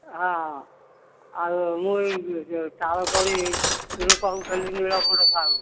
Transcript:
ହଁ ଆଉ ମୁଁ ଏଇ ତାଳକଡ଼ିରୁ କହୁଥିଲି ନୀଳକଣ୍ଠ ସାହୁ